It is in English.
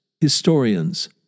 historians